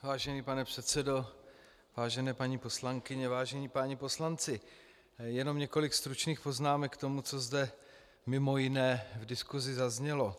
Vážený pane předsedo, vážené paní poslankyně, vážení páni poslanci, jenom několik stručných poznámek k tomu, co zde mj. v diskusi zaznělo.